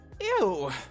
Ew